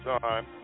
time